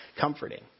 comforting